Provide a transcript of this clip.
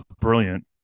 brilliant